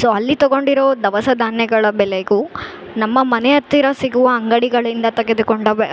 so ಅಲ್ಲಿ ತಕೊಂಡಿರೋ ದವಸ ಧಾನ್ಯಗಳ ಬೆಲೆಗೂ ನಮ್ಮ ಮನೆ ಹತ್ತಿರ ಸಿಗುವ ಅಂಗಡಿಗಳಿಂದ ತೆಗೆದುಕೊಂಡ ಬೆ